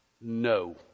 No